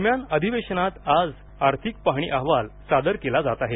दरम्यान अधिवेशनात आज आर्थिक पहाणी अहवाल सादर केला जाणार आहे